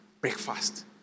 breakfast